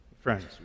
Friends